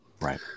Right